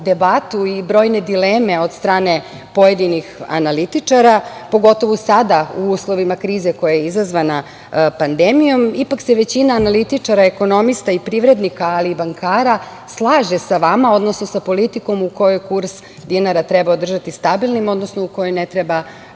debatu i brojne dileme od strane pojedinih analitičara, pogotovo sada u uslovima krize koja je izazvana pandemijom, ipak se većina analitičara ekonomista i privrednika, ali i bankara slaže sa vama, odnosno sa politikom u kojoj kurs dinara treba održati stabilnim, odnosno u koji ne treba